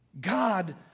God